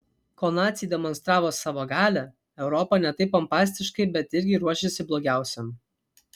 kol naciai demonstravo savo galią europa ne taip pompastiškai bet irgi ruošėsi blogiausiam